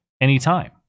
anytime